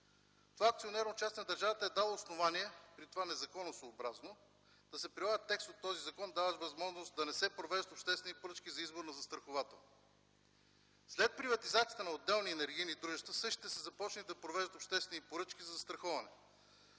това акционерно участие на държавата е дало основание, при това незаконосъобразно, да се прилага текст от този закон даващ възможност да не се провеждат обществени поръчки за избор на застраховател. След приватизацията на отделни енергийни дружества същите са започнали да провеждат обществени поръчки за застраховане.